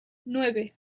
nueve